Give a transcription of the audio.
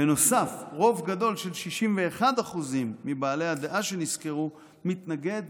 בנוסף, רוב גדול של 61% מבעלי הדעה שנסקרו מתנגד